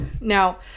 now